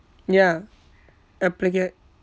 ya applica~